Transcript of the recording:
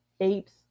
apes